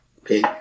Okay